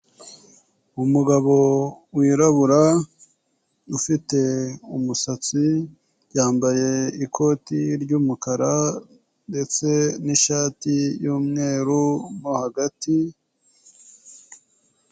Umugabo wirabura ufite umusatsi, yambaye ikoti ry'umukara ,ndetse n'ishati y'umweru mo hagati.